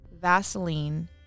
Vaseline